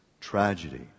tragedy